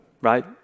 right